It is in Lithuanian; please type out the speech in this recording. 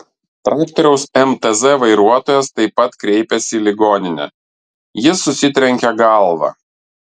traktoriaus mtz vairuotojas taip pat kreipėsi į ligoninę jis susitrenkė galvą